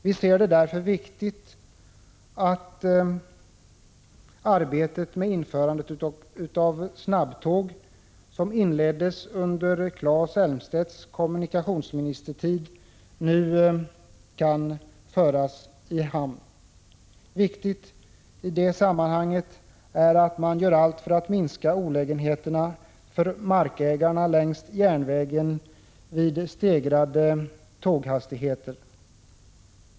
Vi ser det därför som viktigt att arbetet med införandet av snabbtåg, som inleddes under Claes Elmstedts tid som kommunikationsminister, nu kan föras i hamn. Viktigt i det sammanhanget är att man gör allt för att minska olägenheterna för markägarna längs järnvägen vid ökade tåghastigheter.